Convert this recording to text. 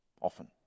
often